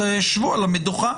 שבו על המדוכה.